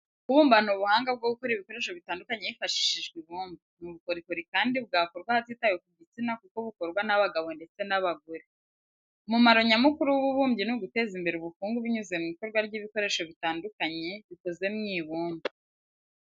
Kubumba ni ubuhanga bwo gukora ibikoresho bitandukanye hifashishijwe ibumba. Ni ubukorikori kandi bwakorwa hatitawe ku gitsina kuko bukorwa n'abagabo ndetse n'abagore. Umumaro nyamukuru w'ububumbyi ni uguteza imbere ubukungu binyuze mu ikorwa ry'ibikoresho bitandukanye bikoze mu ibumba.